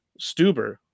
Stuber